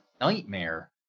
nightmare